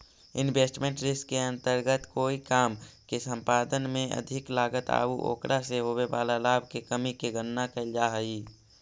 investment risk के अंतर्गत कोई काम के संपादन में अधिक लागत आउ ओकरा से होवे वाला लाभ के कमी के गणना कैल जा हई